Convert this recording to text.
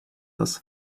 this